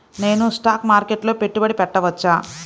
నేను స్టాక్ మార్కెట్లో పెట్టుబడి పెట్టవచ్చా?